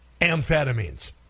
amphetamines